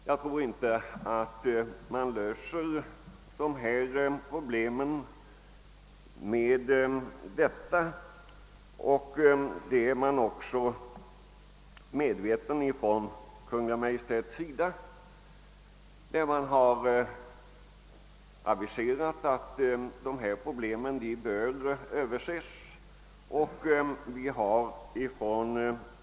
Jag tror inte att dessa problem kan lösas på det sättet. Det inser också Kungl. Maj:t, som har aviserat en översyn av frågan.